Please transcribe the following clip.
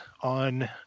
on